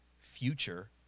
future